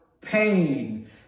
pain